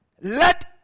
Let